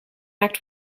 act